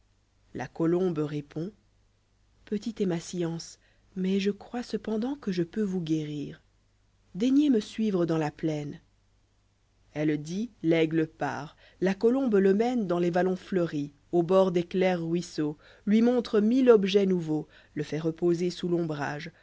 la colombe répond petite est ma science mais je crois cependant que je peux vous guérir daignez me suivre dans la plaine elle dit l'aigle part la colombe le mène dans les vallons fleuris au bord des clairs ruisseaux lui montre mille objets nouveaux le fait reposer sous l'ombrage